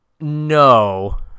No